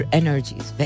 energies